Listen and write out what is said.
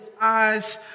eyes